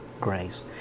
grace